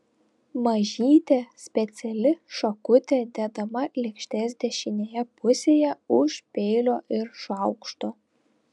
mažytė speciali šakutė dedama lėkštės dešinėje pusėje už peilio ir šaukšto